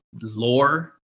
lore